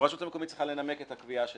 הרשות המקומית צריכה לנמק את הקביעה שלה.